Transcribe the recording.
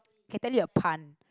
can tell you a pun